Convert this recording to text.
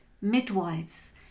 midwives